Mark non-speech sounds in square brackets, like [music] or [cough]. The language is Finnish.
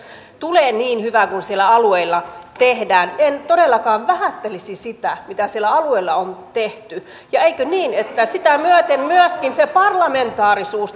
tulee niin hyvä kuin siellä alueilla tehdään en todellakaan vähättelisi sitä mitä siellä alueilla on tehty ja eikö niin että sitä myöten myöskin se parlamentaarisuus [unintelligible]